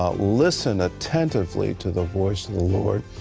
um listen attentively to the voice of the lord.